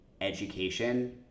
education